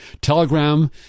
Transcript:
telegram